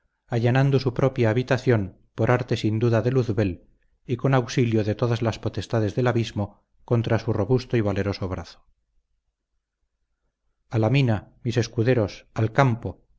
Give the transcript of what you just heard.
allanando su propia habitación por arte sin duda de luzbel y con auxilio de todas las potestades del abismo contra su robusto y valeroso brazo a la mina mis escuderos al campo